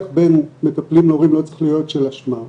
בין מטפלים להורים לא צריך להיות של אשמה,